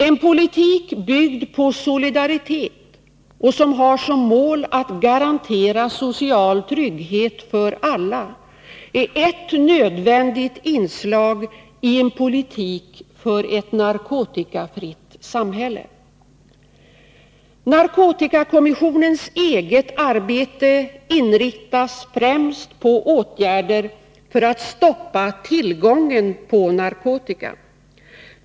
En politik byggd på solidaritet och som har som mål att garantera social trygghet för alla är eft nödvändigt inslag i en politik för ett narkotikafritt samhälle. Narkotikakommissionens eget arbete inriktas främst på åtgärder för att stoppa tillgången på narkotika.